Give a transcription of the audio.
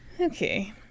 Okay